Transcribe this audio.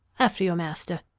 after your master!